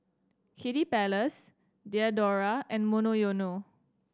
Kiddy Palace Diadora and Monoyono